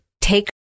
take